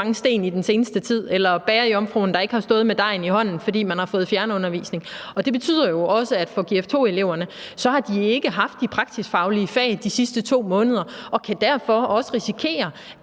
være bagerjomfruen, der ikke havde stået med dejen i hånden, fordi man har fået fjernundervisning. Det betyder jo også, at gf-2-eleverne ikke har haft de praktisk-faglige fag de sidste 2 måneder og derfor også kan risikere,